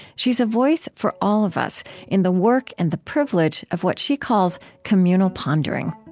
she's a voice for all of us in the work and the privilege of what she calls communal pondering.